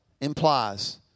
implies